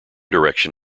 direction